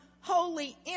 holy